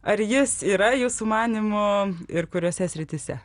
ar jis yra jūsų manymu ir kuriose srityse